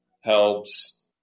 helps